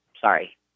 sorry